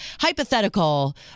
hypothetical